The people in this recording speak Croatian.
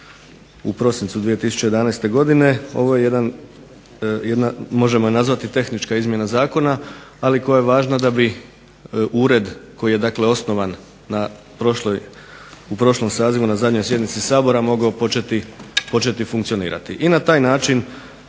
u prosincu 2011. godine, ovo je jedna možemo je nazvati tehnička izmjena zakona, ali koja je važna da bi ured koji je osnovan u prošlom sazivu na zadnjoj sjednici Sabora mogao početi funkcionirati i na taj način